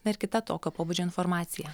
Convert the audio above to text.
na ir kita tokio pobūdžio informacija